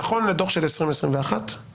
נכון לדו"ח של 2021 --- אגב,